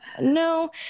no